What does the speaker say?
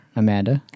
amanda